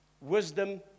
wisdom